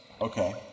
Okay